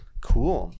Cool